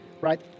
right